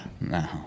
No